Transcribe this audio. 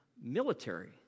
military